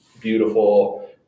beautiful